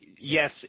Yes